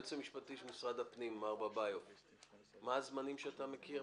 היועץ המשפטי של משרד הפנים מה הזמנים שאתה מכיר?